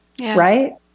right